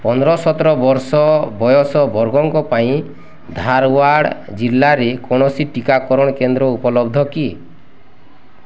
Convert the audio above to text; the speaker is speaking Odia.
ପନ୍ଦର ସତର ବର୍ଷ ବୟସ ବର୍ଗଙ୍କ ପାଇଁ ଧାର୍ୱାଡ଼୍ ଜିଲ୍ଲାରେ କୌଣସି ଟିକାକରଣ କେନ୍ଦ୍ର ଉପଲବ୍ଧ କି